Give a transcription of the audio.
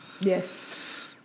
Yes